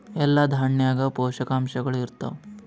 ಎಲ್ಲಾ ದಾಣ್ಯಾಗ ಪೋಷಕಾಂಶಗಳು ಇರತ್ತಾವ?